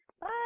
Bye